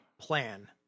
plan